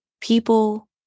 People